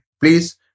please